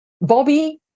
Bobby